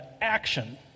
action